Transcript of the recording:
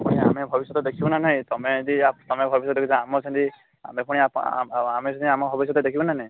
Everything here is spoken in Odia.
ପୁଣି ଆମେ ଭବିଷ୍ୟତ ଦେଖିବୁ ନା ନାଇଁ ତୁମେ ଯଦି ତୁମେ ଭବିଷ୍ୟତ ସହିତ ଆମେ ସେମିତି ଆମେ ପୁଣି ଆମେ ସେମିତି ଆମ ଭବିଷ୍ୟତ ଦେଖିବୁ ନା ନାଇଁ